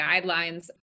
guidelines